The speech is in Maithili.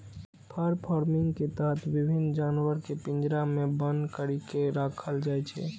फर फार्मिंग के तहत विभिन्न जानवर कें पिंजरा मे बन्न करि के राखल जाइ छै